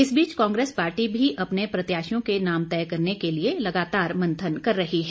इस बीच कांग्रेस पार्टी भी अपने प्रत्याशियों के नाम तय करने के लिए लगातार मंथन कर रही है